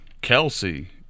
Kelsey